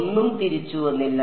ഒന്നും തിരിച്ചു വന്നില്ല